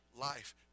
life